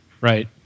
Right